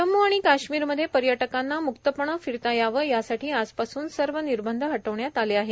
जम्म् आणि काश्मीरमध्ये पर्यटकांना मुक्तपणं फिरता यावं यासाठी आजपासून सर्व निर्बंध हटवण्यात आले आहे